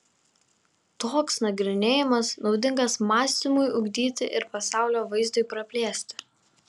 toks nagrinėjimas naudingas mąstymui ugdyti ir pasaulio vaizdui praplėsti